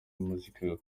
muziki